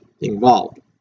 involved